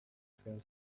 felt